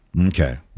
Okay